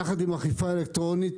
יחד עם אכיפה אלקטרונית,